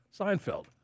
Seinfeld